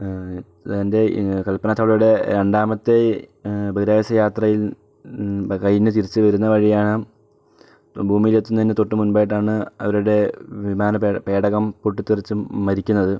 ഇത് കൽപന ചൗളയുടെ രണ്ടാമത്തെ ബഹിരാകാശ യാത്രയിൽ കഴിഞ്ഞ് തിരിച്ച് വരുന്ന വഴി ആണ് ഭൂമിയിൽ എത്തുന്നതിന് തൊട്ട് മുൻപ് ആയിട്ട് ആണ് അവരുടെ വിമാന പേടകം പൊട്ടിത്തെറിച്ചും മരിക്കുന്നത്